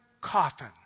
coffin